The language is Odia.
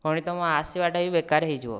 ପୁଣି ତମ ଆସିବା ଟା ବି ବେକାର ହେଇଯିବ